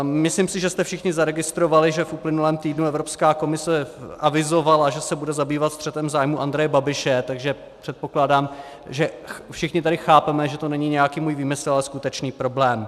Myslím si, že jste všichni zaregistrovali, že v uplynulém týdnu Evropská komise avizovala, že se bude zabývat střetem zájmů Andreje Babiše, takže předpokládám, že všichni tady chápeme, že to není nějaký můj výmysl, ale skutečný problém.